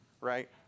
right